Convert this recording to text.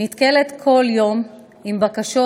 נתקלת כל יום בבקשות